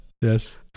Yes